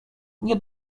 nie